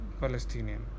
palestinian